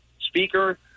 speaker